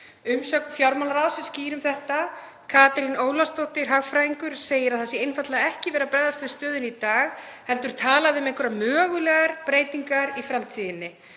Umsögn fjármálaráðs er skýr um þetta, Katrín Ólafsdóttir hagfræðingur segir að það sé einfaldlega ekki verið að bregðast við stöðunni í dag heldur talað um einhverjar mögulegar breytingar í framtíðinni,